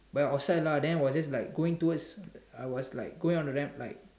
but outside lah then I was just like going towards I was like going to them like